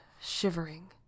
shivering